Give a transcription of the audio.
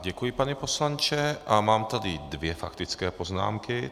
Děkuji, pane poslanče, a mám tady dvě faktické poznámky.